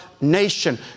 nation